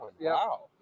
Wow